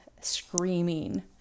screaming